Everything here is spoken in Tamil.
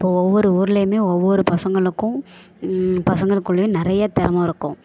இப்போது ஒவ்வொரு ஊர்லேயுமே ஒவ்வொரு பசங்களுக்கும் பசங்களுக்குள்ளேயும் நிறைய திறமை இருக்கும்